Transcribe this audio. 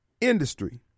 industry